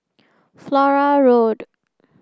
Flora Road